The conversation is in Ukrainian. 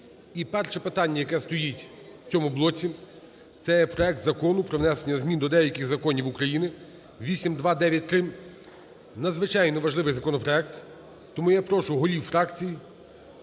перше питання, яке стоїть в цьому блоці, це є проект Закону про внесення змін до деяких законів України (8293). Надзвичайно важливий законопроект, тому я прошу голів фракцій,